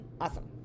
awesome